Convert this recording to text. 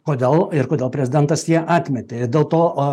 kodėl ir kodėl prezidentas ją atmetė dėl to